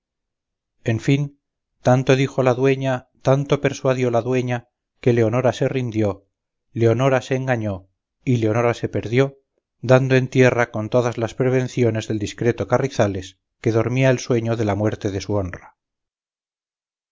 en fin tanto dijo la dueña tanto persuadió la dueña que leonora se rindió leonora se engañó y leonora se perdió dando en tierra con todas las prevenciones del discreto carrizales que dormía el sueño de la muerte de su honra